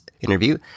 interview